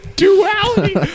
duality